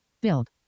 build